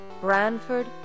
Branford